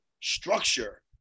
structure